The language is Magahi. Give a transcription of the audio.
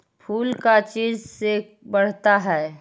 फूल का चीज से बढ़ता है?